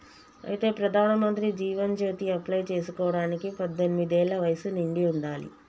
అయితే ప్రధానమంత్రి జీవన్ జ్యోతి అప్లై చేసుకోవడానికి పద్దెనిమిది ఏళ్ల వయసు నిండి ఉండాలి